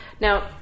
Now